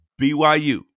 BYU